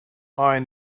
iron